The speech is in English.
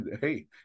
hey